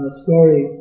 story